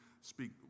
speak